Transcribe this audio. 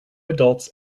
adults